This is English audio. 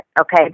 Okay